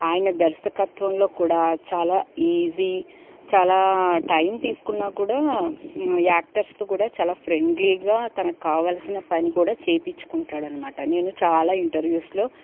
ఆయన దర్శకత్వంలో కూడా చాలా ఈజీ చాలా టైం తీసుకున్నా కూడా యాక్టర్స్తో కూడా చాలా ఫ్రెండ్లీగా తనకు కావలసిన పని కూడా చేయించుకుంటాడు అనమాట నేను చాలా ఇంటర్వూస్లో